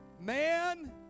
Man